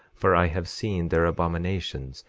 for i have seen their abominations,